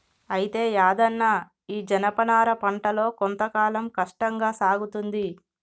అయితే యాదన్న ఈ జనపనార పంటలో కొంత కాలం కష్టంగా సాగుతుంది